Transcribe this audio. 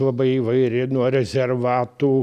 labai įvairi nuo rezervatų